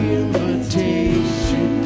invitation